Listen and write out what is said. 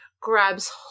Grabs